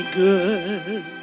good